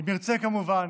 אם ירצו, כמובן,